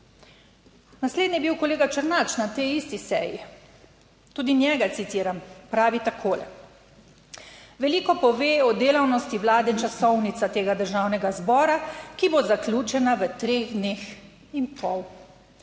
Naslednji je bil kolega Černač na tej isti seji. Tudi njega, citiram, pravi takole: "Veliko pove o delavnosti Vlade In časovnica tega Državnega zbora, ki bo zaključena v treh dneh in pol.